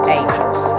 angels